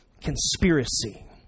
conspiracy